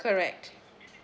correct